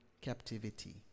captivity